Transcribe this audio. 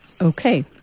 Okay